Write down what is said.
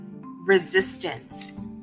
resistance